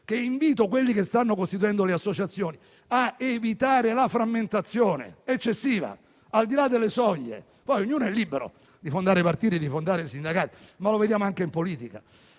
Invito coloro che stanno costituendo le associazioni a evitare la frammentazione eccessiva, al di là delle soglie. Ognuno è libero di fondare partiti e di fondare sindacati, ma vediamo anche in politica